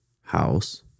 house